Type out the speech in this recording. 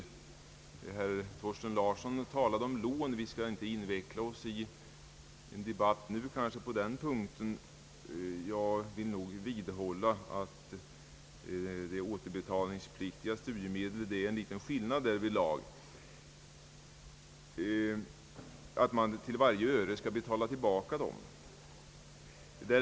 Herr Thorsten Larsson talade på denna punkt om lån — vi skall kanske inte nu inveckla oss i en debatt på denna punkt, men jag vill vidhålla att det är fråga om återbetalningspliktiga studiemedel, eftersom det är en liten skillnad därvidlag.